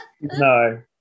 No